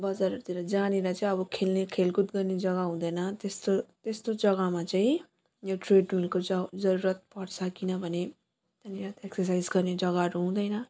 बजारहरूतिर जहाँनिर चाहिँ अब खेल्ने खेलकुद गर्ने जग्गा हुँदैन त्यस्तो त्यस्तो जग्गामा चाहिँ यो ट्रेडमिलको ज जरुरत पर्छ किनभने या त एक्सर्साइज गर्ने जग्गाहरू हुँदैन